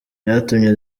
byatumye